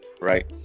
Right